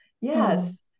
yes